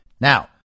Now